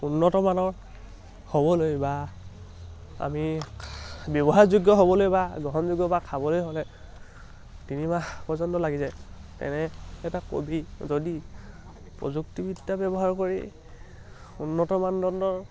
উন্নতমানৰ হ'বলৈ বা আমি ব্যৱহাৰযোগ্য হ'বলৈ বা গ্ৰহণযোগ্য বা খাবলৈ হ'লে তিনিমাহ পৰ্যন্ত লাগি যায় তেনে এটা কবি যদি প্ৰযুক্তিবিদ্যা ব্যৱহাৰ কৰি উন্নত মানদণ্ডৰ